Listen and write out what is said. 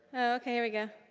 okay. here we go.